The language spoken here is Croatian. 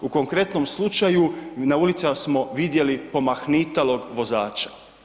U konkretnom slučaju, na ulicama smo vidjeli pomahnitalog vozača.